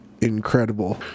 incredible